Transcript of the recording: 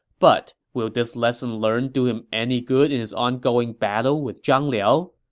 but will this lesson learned do him any good in his ongoing battle with zhang liao?